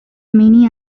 many